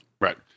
Right